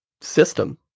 system